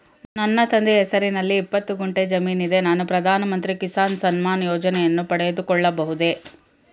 ನನ್ನ ತಂದೆಯ ಹೆಸರಿನಲ್ಲಿ ಇಪ್ಪತ್ತು ಗುಂಟೆ ಜಮೀನಿದೆ ನಾನು ಪ್ರಧಾನ ಮಂತ್ರಿ ಕಿಸಾನ್ ಸಮ್ಮಾನ್ ಯೋಜನೆಯನ್ನು ಪಡೆದುಕೊಳ್ಳಬಹುದೇ?